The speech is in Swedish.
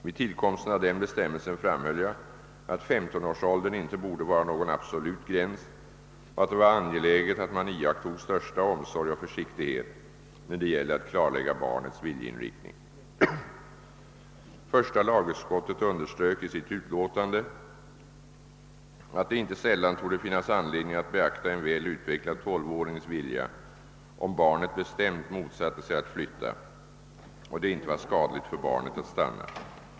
Vid tillkomsten av denna bestämmelse framhöll jag, att 15-årsåldern inte borde vara någon absolut gräns och att det var angeläget att man iakttog största omsorg och försiktighet när det gäller att klarlägga barnets viljeinriktning. Första lagutskottet underströk i sitt utlåtande att det inte sällan torde finnas anledning att beakta en väl utvecklad tolvårings vilja, om barnet bestämt motsatte sig att flytta och det inte var skadligt för barnet att stanna.